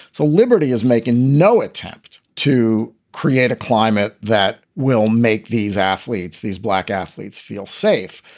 so liberty is making no attempt to create a climate that will make these athletes, these black athletes, feel safe.